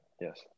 Yes